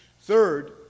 Third